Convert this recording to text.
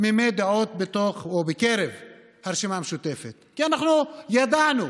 תמימי דעים בקרב הרשימה המשותפת, כי אנחנו ידענו